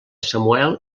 samuel